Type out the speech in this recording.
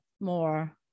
more